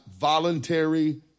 voluntary